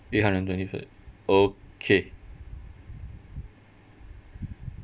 eight hundred and twenty for the okay